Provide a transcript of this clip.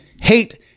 hate